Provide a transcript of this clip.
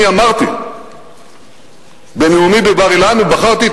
אני אמרתי בנאומי בבר-אילן ובחרתי את